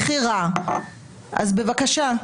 בבקשה,